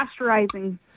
Pasteurizing